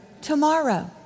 tomorrow